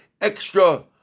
extra